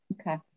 Okay